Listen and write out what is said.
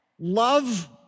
Love